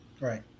Right